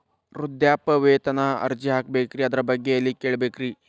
ವೃದ್ಧಾಪ್ಯವೇತನ ಅರ್ಜಿ ಹಾಕಬೇಕ್ರಿ ಅದರ ಬಗ್ಗೆ ಎಲ್ಲಿ ಕೇಳಬೇಕ್ರಿ?